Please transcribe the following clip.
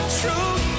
truth